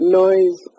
noise